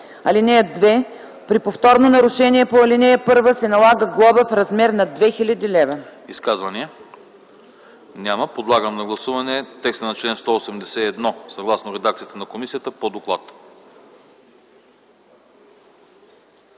лв. (2) При повторно нарушение по ал. 1 се налага глоба в размер на 2000 лв.